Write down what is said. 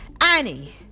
Annie